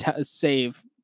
save